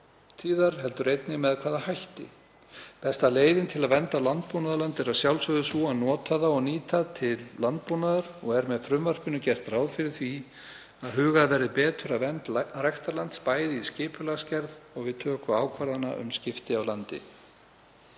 framtíðar og með hvaða hætti. Besta leiðin til að vernda landbúnaðarland er að sjálfsögðu sú að nota það og nýta til landbúnaðar og er með frumvarpinu gert ráð fyrir að hugað verði betur að vernd ræktarlands, bæði í skipulagsgerð og við töku ákvarðana um skipti á landi.